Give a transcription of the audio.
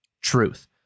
Truth